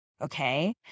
okay